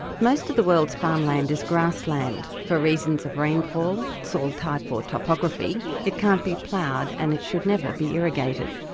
most of the world's farmland is grassland. for reasons of rainfall, soil type or topography it can't be ploughed and it should never be irrigated.